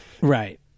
Right